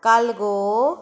कालगो